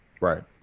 Right